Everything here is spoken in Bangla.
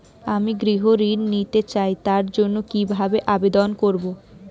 আমি গৃহ ঋণ নিতে চাই তার জন্য কিভাবে আবেদন করব?